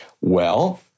well-